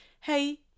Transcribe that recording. hey